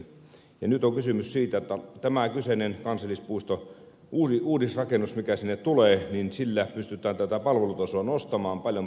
nyt on kysymys siitä että tällä kyseisellä kansallispuiston uudisrakennuksella mikä sinne tulee pystytään palvelutasoa nostamaan paljon paremmaksi